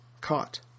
caught